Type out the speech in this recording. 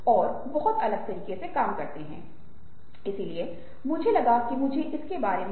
करुणा की अवधारणा का विशेष रूप हमने बहुत हद तक ध्यान की परंपरा से किया है